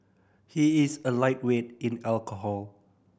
he is a lightweight in alcohol